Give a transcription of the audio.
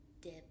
dip